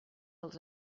als